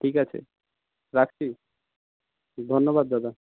ঠিক আছে রাখছি ধন্যবাদ দাদা